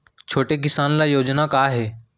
छोटे किसान ल योजना का का हे?